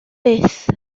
byth